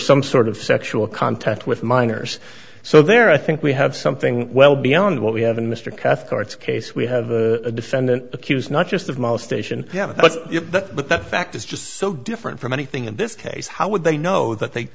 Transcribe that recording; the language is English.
some sort of sexual contact with minors so there i think we have something well beyond what we have in mr cathcart case we have a defendant accused not just of most station but the fact is just so different from anything in this case how would they know that they